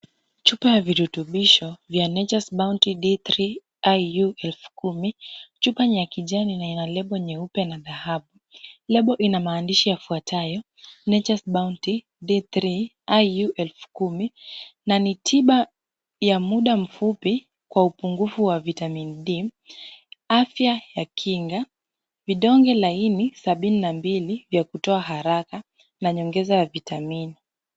Chupa ya virutobishi vya Nature's Bounty D3 IU 10000. Chupa ni ya kijani na ina lebo nyeupe na dhahabu. Lebo inamaadhishi yafuatayo: Nature's Bounty Day 3 IU 10000 na ni tiba ya muda mfupi kwa upungufu wa vitamin D , afya ya kinga, vidonge laini 72 vya kutoa haraka, na nyongeza ya vitamini.